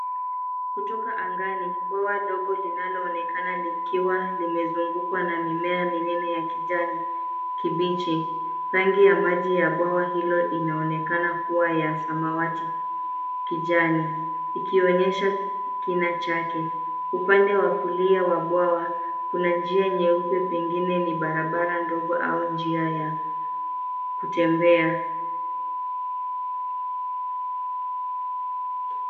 Kutoka angani bwawa dogo linaloonekana likiwa limezungukwa na mimea minene ya kijani kibichi. Rangi ya maji ya bwawa hilo inaonekana kuwa ya samawati kijani ikionyesha kina chake. Upande wa kulia wa bwawa, kuna njia nyeupe pengine ni barabara ndogo au njia ya kutembea.